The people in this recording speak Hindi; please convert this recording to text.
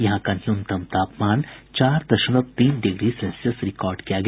यहां का न्यूनतम तापमान चार दशमलव तीन डिग्री सेल्सियस रिकॉर्ड किया गया